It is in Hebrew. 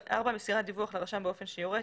מסירת דיווח לרשם באופן שיורה,